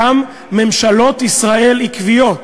גם ממשלות ישראל עקביות,